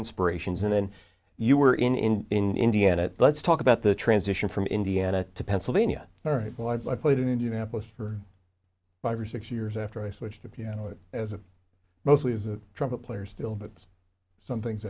inspirations and then you were in in indiana let's talk about the transition from indiana to pennsylvania all right well i'd like played in indianapolis for five or six years after i switched to piano as a mostly as a trumpet player still but some things